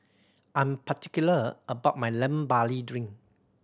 I'm particular about my Lemon Barley Drink